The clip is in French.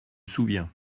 souviens